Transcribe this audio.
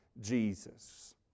Jesus